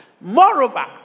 Moreover